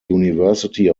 university